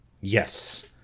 yes